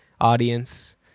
audience